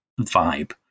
vibe